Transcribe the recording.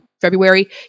February